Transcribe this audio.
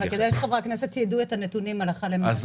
כדאי שחברי הכנסת ידעו את הנתונים הלכה למעשה.